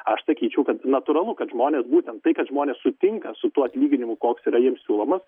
aš sakyčiau kad natūralu kad žmonės būtent tai kad žmonės sutinka su tuo atlyginimu koks yra jiems siūlomas